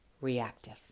reactive